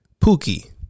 Pookie